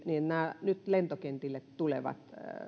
nämä lentokentille tulevat